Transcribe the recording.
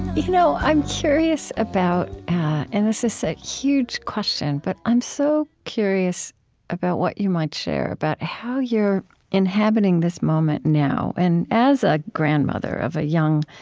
but you know i'm curious about and this this a huge question, but i'm so curious about what you might share about how you're inhabiting this moment now. and as a grandmother of a young